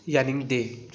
ꯌꯥꯅꯤꯡꯗꯦ